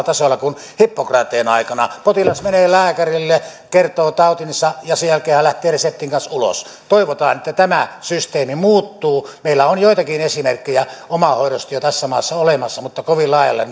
tasolla kuin hippokrateen aikana potilas menee lääkärille kertoo tautinsa ja sen jälkeen hän lähtee reseptin kanssa ulos toivotaan että tämä systeemi muuttuu meillä on joitakin esimerkkejä omahoidosta jo tässä maassa olemassa mutta kovin laajalle